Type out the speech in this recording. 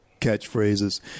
catchphrases